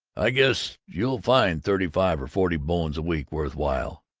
i guess you'll find thirty-five or forty bones a week worth while!